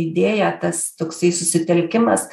idėją tas toksai susitelkimas